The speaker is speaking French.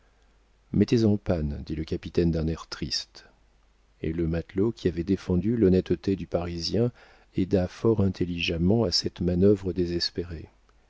mettez en panne dit le capitaine d'un air triste et le matelot qui avait défendu l'honnêteté du parisien aida fort intelligemment à cette manœuvre désespérée